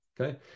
Okay